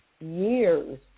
years